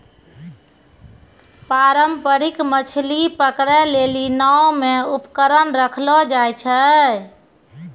पारंपरिक मछली पकड़ै लेली नांव मे उपकरण रखलो जाय छै